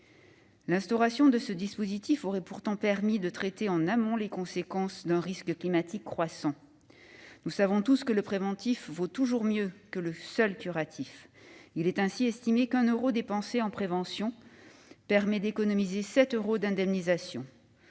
L'instauration de ce dispositif aurait pourtant permis de traiter en amont les conséquences d'un risque climatique croissant. Nous savons tous que le préventif vaut toujours mieux que le seul curatif. Il est ainsi estimé qu'un euro dépensé en prévention permet d'économiser sept euros d'indemnisation.